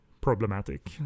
problematic